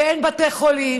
ואין בתי חולים.